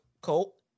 Colt